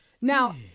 Now